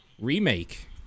Remake